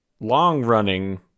Long-running